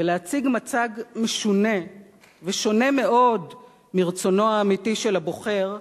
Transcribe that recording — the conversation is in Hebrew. ולהציג מצג משונה ושונה מאוד מרצונו האמיתי של הבוחר,